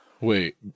Wait